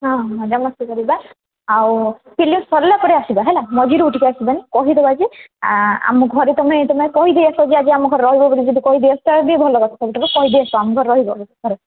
ହଁ ମଜାମସ୍ତି କରିବା ଆଉ ଫିଲ୍ମ ସରିଲା ପରେ ଆସିବା ହେଲା ମଝିରୁ ଉଠିକି ଆସିବାନି କହି ଦେବା ଯେ ଆମ ଘରେ ତୁମେ ତୁମେ କହି ଦେଇ ଆସ ଯେ ଆମ ଘରେ ରହିବ ବୋଲି ଯଦି କହି ଦେଇ ତା'ହେଲେ ବି ଭଲ କଥା ସବୁଠାରୁ କହି ଦେଇ ଆସ ଆମ ଘରେ ରହିବ ବୋଲି